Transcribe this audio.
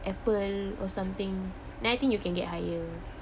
apple or something I think you can get higher